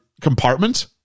compartment